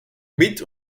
mit